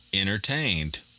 entertained